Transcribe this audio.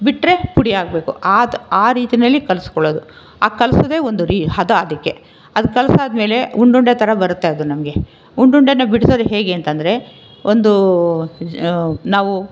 ಬಿಟ್ಟರೆ ಪುಡಿಯಾಗಬೇಕು ಆ ಆ ರೀತಿಯಲ್ಲಿ ಕಲಸ್ಕೊಳ್ಳೋದು ಆ ಕಲಸೋದೆ ಒಂದು ರೀ ಹದ ಅದಕ್ಕೆ ಅದು ಕಲಸಾದ್ಮೇಲೆ ಉಂಡುಂಡೆ ಥರ ಬರುತ್ತೆ ಅದು ನಮಗೆ ಉಂಡುಂಡೆನ ಬಿಡ್ಸೋದು ಹೇಗೆ ಅಂತಂದರೆ ಒಂದು ಜ ನಾವು